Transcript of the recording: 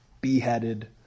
beheaded